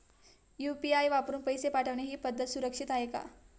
UPI वापरून पैसे पाठवणे ही पद्धत सुरक्षित आहे का?